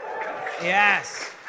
Yes